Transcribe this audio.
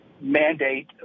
mandate